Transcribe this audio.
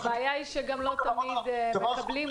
הבעיה שגם לא תמיד מקבלים,